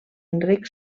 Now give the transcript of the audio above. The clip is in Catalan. enric